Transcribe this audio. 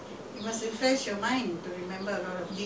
nowadays I can't remember old things already